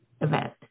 event